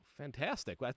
fantastic